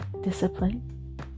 discipline